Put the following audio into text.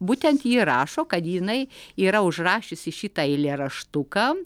būtent ji rašo kad jinai yra užrašiusi šitą eilėraštuką